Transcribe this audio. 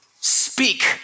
speak